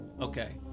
Okay